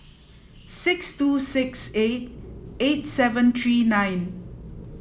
six two six eight eight seven three nine